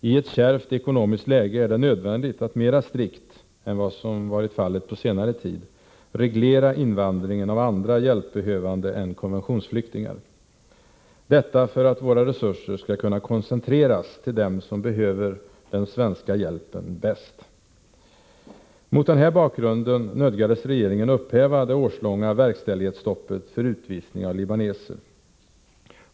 I ett kärvt ekonomiskt läge är det nödvändigt att mera strikt — än vad som varit fallet på senare tid — reglera invandringen av andra hjälpbehövande än konventionsflyktingar, detta för att våra resurser skall kunna koncentreras till dem som behöver den svenska hjälpen bäst. Mot den här bakgrunden nödgades regeringen upphäva det årslånga verkställighetsstoppet för utvisning av libaneser.